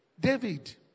David